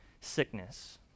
sickness